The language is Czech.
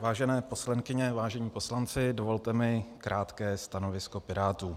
Vážené poslankyně, vážení poslanci, dovolte mi krátké stanovisko Pirátů.